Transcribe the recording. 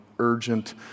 urgent